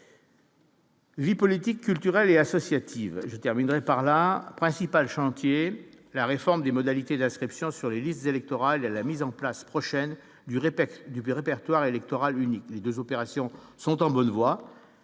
Vie politique culturelle et associative, je terminerai par là principal chantier la réforme des modalités d'inscription sur les listes électorales à la mise en place prochaine du répète dupés répertoire électoral unique les 2 opérations sont en bonne voie,